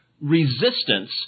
resistance